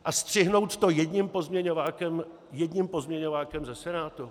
A střihnout to jedním pozměňovákem, jedním pozměňovákem ze Senátu?